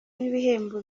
n’ibihembo